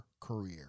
career